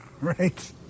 right